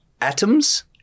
atoms